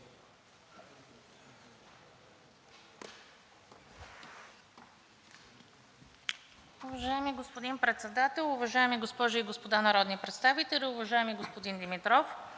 Уважаеми господин Председател, уважаеми дами и господа народни представители! Уважаеми господин Самандов,